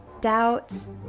doubts